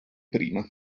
prima